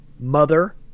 Mother